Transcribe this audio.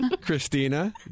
Christina